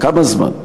כמה זמן?